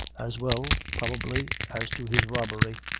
as well probably as to his robbery.